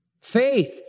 faith